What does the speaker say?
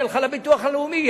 היא הלכה לביטוח הלאומי,